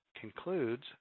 concludes